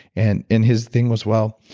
and, in his thing was, well,